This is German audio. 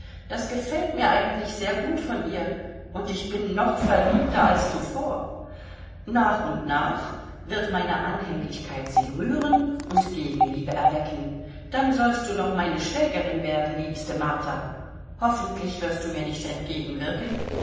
das gefällt mir eigentlich sehr gut von ihr und ich bin noch verliebter als zuvor nach und nach wird meine anhänglichkeit sie rühren und gegenliebe erwecken dann sollst du doch meine schwägerin werden liebste martha hoffentlich wirst du mir nicht entgegenwirken